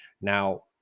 Now